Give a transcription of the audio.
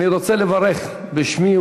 אני רוצה לברך בשמי,